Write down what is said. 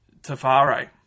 Tafare